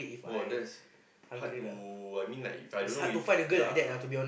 !wow! that's hard to I mean like If I don't know if ya